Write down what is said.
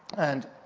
and.